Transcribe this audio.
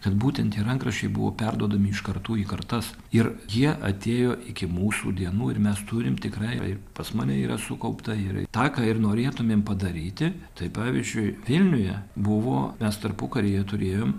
kad būtent tie rankraščiai buvo perduodami iš kartų į kartas ir jie atėjo iki mūsų dienų ir mes turim tikrai ir pas mane yra sukaupta ir tą ką ir norėtumėm padaryti tai pavyzdžiui vilniuje buvo mes tarpukaryje turėjom